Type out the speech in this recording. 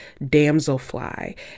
Damselfly